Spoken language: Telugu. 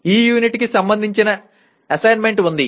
ఈ యూనిట్ కి సంబంధించిన అసైన్మెంట్ ఉంది